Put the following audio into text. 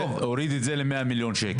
הוריד את זה למאה מיליון שקל.